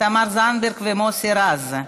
תמר זנדברג ומוסי רז.